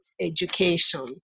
education